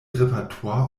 repertoire